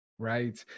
Right